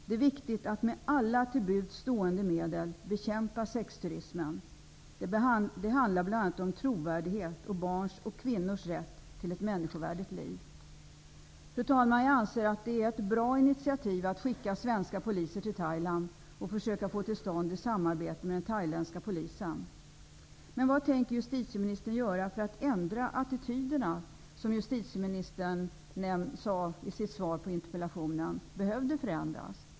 Det är viktigt att med alla till buds stående medel bekämpa sexturismen. Det handlar bl.a. om trovärdighet och barns och kvinnors rätt till ett människovärdigt liv. Fru talman! Jag anser att det är ett bra initiativ att skicka svenska poliser till Thailand och försöka få till stånd ett samarbete med den thailändska polisen. Men vad tänker justitieministern göra för att ändra attityderna, som enligt justitieministerns svar på interpellationen behövde förändras?